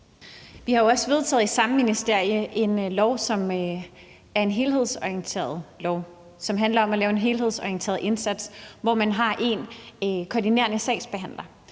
vedtaget en lov, som er en helhedsorienteret lov og handler om at lave en helhedsorienteret indsats, hvor du har én koordinerende sagsbehandler,